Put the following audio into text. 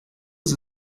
sie